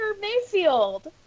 Mayfield